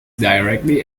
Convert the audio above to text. directly